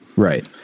Right